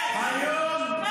כדין.